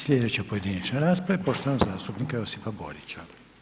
Sljedeća pojedinačna rasprave je poštovanog zastupnika Josipa Borića.